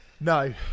No